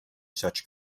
such